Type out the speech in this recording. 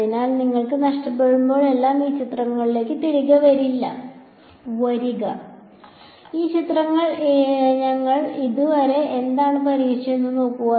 അതിനാൽ നിങ്ങൾ നഷ്ടപ്പെടുമ്പോഴെല്ലാം ഈ ചിത്രത്തിലേക്ക് തിരികെ വരിക ഈ ചിത്രത്തിൽ ഞങ്ങൾ ഇതുവരെ എന്താണ് പരിഹരിച്ചതെന്ന് നോക്കൂ